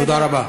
תודה רבה.